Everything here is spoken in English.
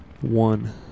one